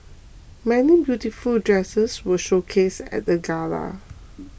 many beautiful dresses were showcased at the gala